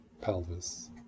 pelvis